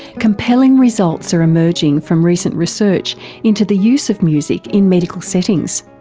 compelling results are emerging from recent research into the use of music in medical settings.